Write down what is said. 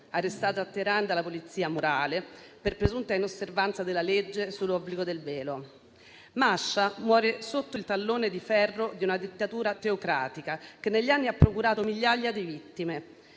arrestata a Teheran dalla polizia morale per la presunta inosservanza della legge sull'obbligo del velo. Mahsa muore sotto il tallone di ferro di una dittatura teocratica, che negli anni ha procurato migliaia di vittime.